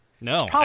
No